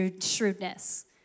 shrewdness